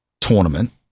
tournament